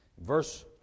verse